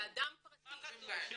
לאדם פרטי?